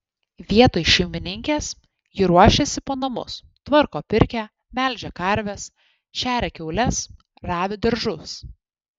vietoj šeimininkės ji ruošiasi po namus tvarko pirkią melžia karves šeria kiaules ravi daržus